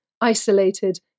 isolated